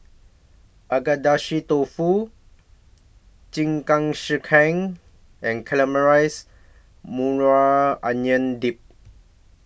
Agedashi Dofu Jingisukan and Caramelized Maui Onion Dip